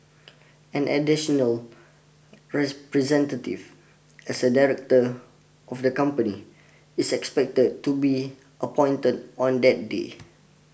an additionalrepresentative as a director of the company is expected to be appointed on that day